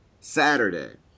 Saturday